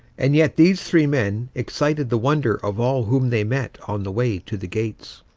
and yet these three men excited the wonder of all whom they met on the way to the gates.